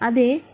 అదే